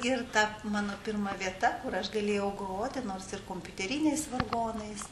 ir ta mano pirma vieta kur aš galėjau groti nors ir kompiuteriniais vargonais